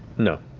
know